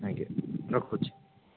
ଆଜ୍ଞା ରଖୁଛି